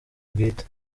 bwite